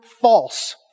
false